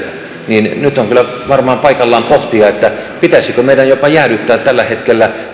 niin nyt on kyllä varmaan paikallaan pohtia pitäisikö meidän jopa jäädyttää tällä hetkellä